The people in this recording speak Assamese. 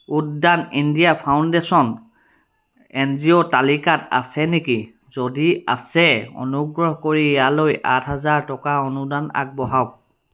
Udaan India Foundation N G O ৰ তালিকাত আছে নেকি যদি আছে অনুগ্ৰহ কৰি ইয়ালৈ আঠ হাজাৰ টকাৰ অনুদান আগবঢ়াওক